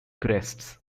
crests